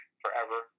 forever